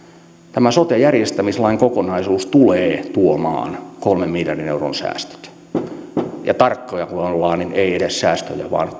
tämä sote järjestämislain kokonaisuus tulee tuomaan kolmen miljardin euron säästöt ja tarkkoja kun ollaan niin ei edes säästöjä vaan